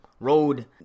road